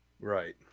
right